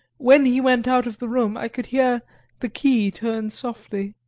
when he went out of the room i could hear the key turn softly.